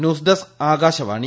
news desk Akashvani